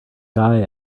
guy